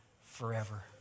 forever